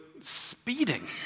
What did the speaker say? speeding